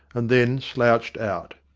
and then slouched out.